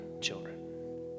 children